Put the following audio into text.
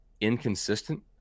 inconsistent